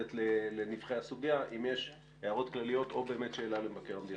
לנבכי הסוגיה אם יש הערות כלליות או שאלה למבקר המדינה.